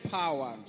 power